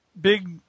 big